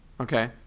Okay